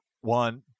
one